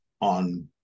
on